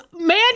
man